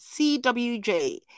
CWJ